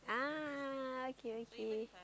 ah okay okay